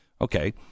Okay